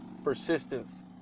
persistence